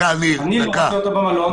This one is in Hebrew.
אני לא רוצה אותו במלון.